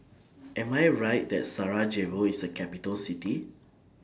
Am I Right that Sarajevo IS A Capital City